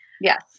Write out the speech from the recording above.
Yes